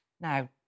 Now